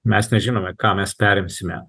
mes nežinome ką mes perimsime